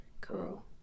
cool